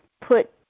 put